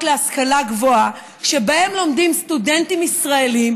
להשכלה גבוהה שבהם לומדים סטודנטים ישראלים,